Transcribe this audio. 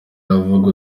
avuga